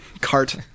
cart